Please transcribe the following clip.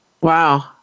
Wow